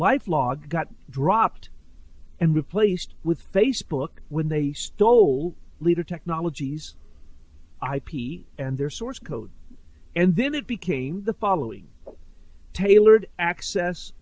life log got dropped and replaced with facebook when they stole leader technologies ip and their source code and then it became the following tailored access